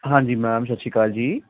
ਹਾਂਜੀ ਮੈਮ ਸਤਿ ਸ਼੍ਰੀ ਅਕਾਲ ਜੀ